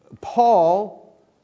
Paul